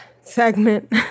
segment